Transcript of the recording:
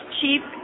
cheap